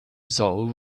saul